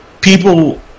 people